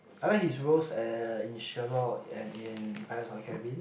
I like his roles uh in Sherlock and in Pirates of the Caribbean